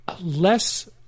less –